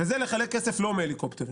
והוא לחלק כסף לא מהליקופטרים.